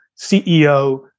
CEO